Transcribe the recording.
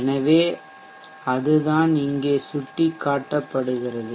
எனவே அதுதான் இங்கே சுட்டிக்காட்டப்படுகிறது